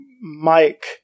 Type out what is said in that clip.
Mike